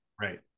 Right